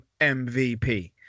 MVP